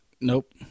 Nope